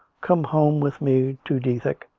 come home with me to dethick.